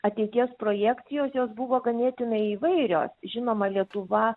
ateities projekcijos jos buvo ganėtinai įvairios žinoma lietuva